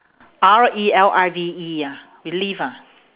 R E L I V E ah relive ah